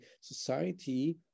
society